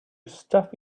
stuff